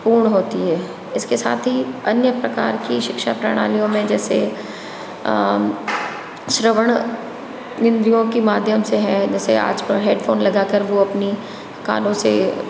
पूर्ण होती है इसके साथ ही अन्य प्रकार की शिक्षा प्रणालियों में जैसे श्रवण बिंदियों के माध्यम से है जैसे आज पर हेडफ़ोन लगाकर वो अपनी कानों से